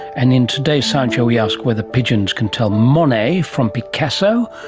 and in today's science show we ask whether pigeons can tell monet from picasso,